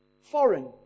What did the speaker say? foreign